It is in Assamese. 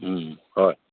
হয়